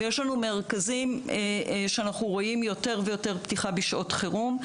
ויש לנו מרכזים שאנחנו רואים יותר ויותר פתיחה בשעות חירום,